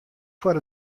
foar